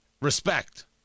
Respect